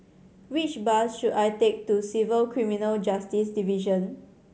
which bus should I take to Civil Criminal Justice Division